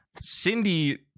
Cindy